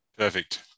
Perfect